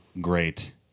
great